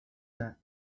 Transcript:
that